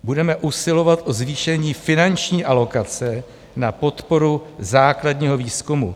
Budeme usilovat o zvýšení finanční alokace na podporu základního výzkumu.